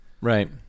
right